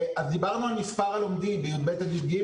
דיברנו על מספר הלומדים בי"ב עד י"ג,